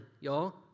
y'all